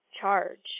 charge